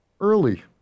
early